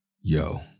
Yo